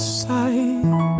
side